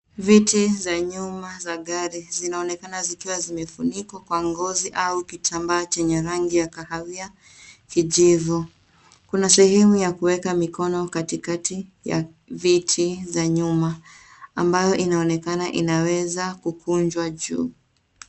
Viti za nyuma za gari zinaonekana zikiwa zimefunikwa kwa ngozi au kitambaa chenye rangi ya kahawia-kijivu. Kuna sehemu ya kuweka mikono katikati ya viti za nyuma ambayo inaonekana inaweza kukunjwa juu.